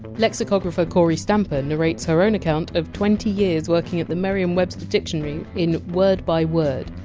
lexicographer kory stamper narrates her own account of twenty years working at the merriam-webster dictionaries in word by word,